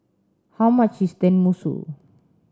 how much is Tenmusu